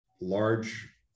Large